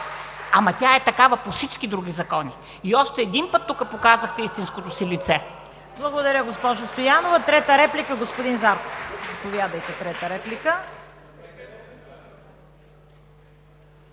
Ама, тя е такава по всички други закони! Тук още един път показахте истинското си лице.